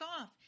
off